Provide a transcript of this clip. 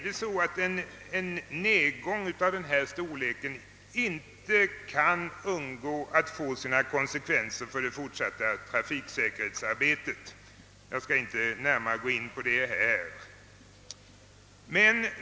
En nedgång av denna storlek kan inte heller undgå att få sina konsekvenser för det fortsatta trafiksäkerhetsarbetet, men den saken skall jag nu inte närmare gå in på.